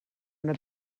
una